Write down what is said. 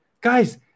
Guys